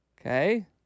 Okay